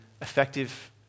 effective